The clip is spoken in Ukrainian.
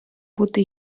бути